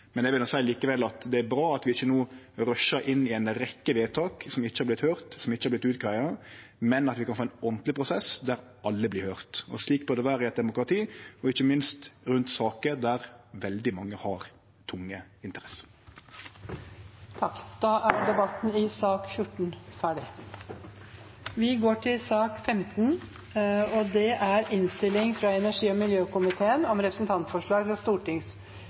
Eg vil likevel seie at det er bra at vi ikkje no rushar inn i ei rekkje vedtak som ikkje har vorte høyrde, som ikkje har vorte utgreidde, men at vi kan få ein ordentleg prosess, der alle vert høyrde. Slik bør det vere i eit demokrati, og ikkje minst rundt saker der veldig mange har tunge interesser. Flere har ikke bedt om ordet til sak nr. 14. Etter ønske fra energi- og miljøkomiteen vil presidenten ordne debatten slik: 3 minutter til hver partigruppe og